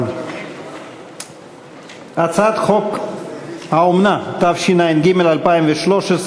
הצעת חוק האומנה, התשע"ג 2013,